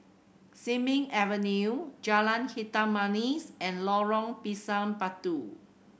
Sin Ming Avenue Jalan Hitam Manis and Lorong Pisang Batu